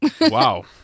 wow